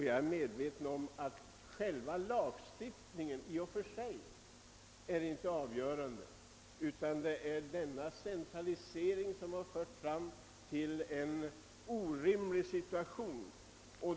Jag är medveten om att själva lagstiftningen i och för sig inte är avgörande, utan det är centraliseringen som skapat en orimlig situation.